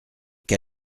qu’à